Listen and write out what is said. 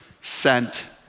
sent